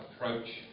Approach